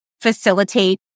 facilitate